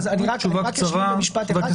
אז רק עוד משפט אחד.